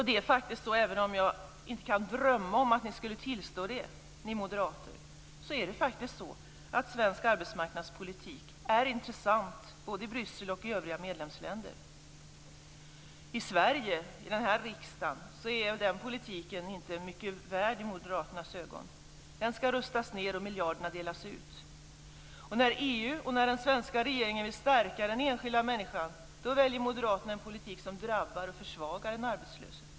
Det är faktiskt så, även om jag inte kan drömma om att ni moderater skulle tillstå det, att svensk arbetsmarknadspolitik är intressant både i Bryssel och i övriga medlemsländer. I Sverige, i den här riksdagen, är den politiken inte mycket värd i Moderaternas ögon. Den skall rustas ned och miljarderna delas ut. När EU och den svenska regeringen vill stärka den enskilda människan väljer Moderaterna en politik som drabbar och försvagar den arbetslöse.